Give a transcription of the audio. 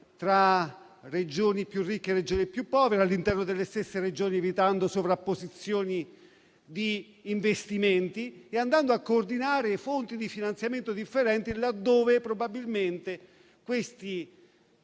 tra Regioni più ricche e Regioni più povere e all'interno delle stesse Regioni, evitando sovrapposizioni di investimenti e coordinando fonti di finanziamento differenti, laddove probabilmente questi finanziamenti